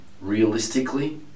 realistically